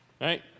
right